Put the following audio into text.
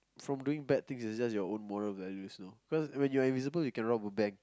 from doing bad things is just your own moral values lah because when you are invisible you can rob a bank